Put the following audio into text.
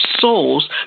souls